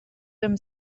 them